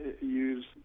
use